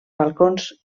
balcons